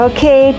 Okay